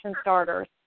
starters